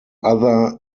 other